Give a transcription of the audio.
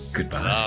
goodbye